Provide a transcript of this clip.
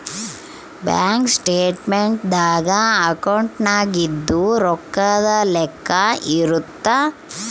bank statement ದಾಗ ಅಕೌಂಟ್ನಾಗಿಂದು ರೊಕ್ಕದ್ ಲೆಕ್ಕ ಇರುತ್ತ